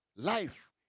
Life